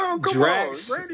Drax